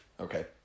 Okay